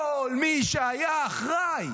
כל מי שהיה אחראי